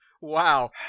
Wow